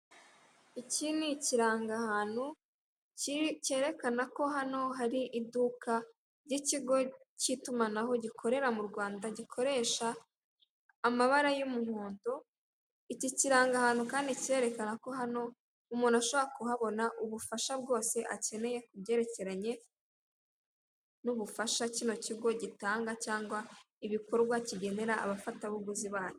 Iki ni ikirangahantu kerekena ko hano hari iduka, ry'ikigo kitumanaho gikorera mu Rwanda gikoresha amabara y'umuhondo, iki kirangahantu kandi kirerekana ko hano umuntu ashobora kuhabona ubufasha bwose akeneye kubyerekeranye n'ubufasha kino kigo gitanga cyangwa ibikorwa kigenera abafatabuguzi banyu.